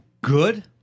good